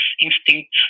instinct